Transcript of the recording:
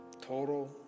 total